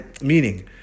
Meaning